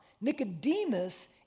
Nicodemus